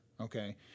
Okay